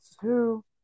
two